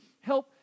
help